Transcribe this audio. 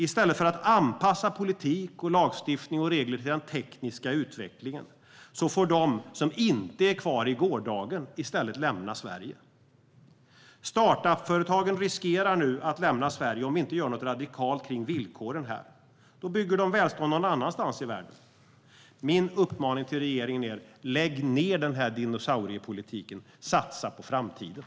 I stället för att politik, lagstiftning och regler anpassas till den tekniska utvecklingen får de som inte är kvar i gårdagen lämna Sverige. Startup-företagen riskerar nu att få lämna Sverige om vi inte gör någonting radikalt åt villkoren. Då bygger de välstånd någon annanstans i världen. Min uppmaning till regeringen är: Lägg ned den här dinosauriepolitiken! Satsa på framtiden!